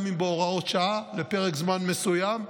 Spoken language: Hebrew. גם אם בהוראות שעה לפרק זמן מסוים,